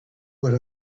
what